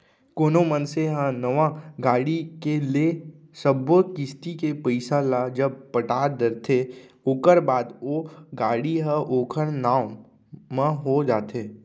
कोनो मनसे ह नवा गाड़ी के ले सब्बो किस्ती के पइसा ल जब पटा डरथे ओखर बाद ओ गाड़ी ह ओखर नांव म हो जाथे